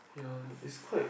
ya is quite